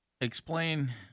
Explain